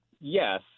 yes